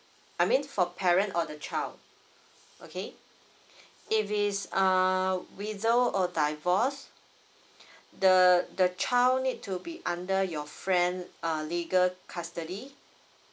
I mean for parent of the child okay if it's err widow or divorced the the child need to be under your friend uh legal custody